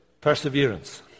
perseverance